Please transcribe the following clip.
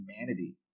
humanity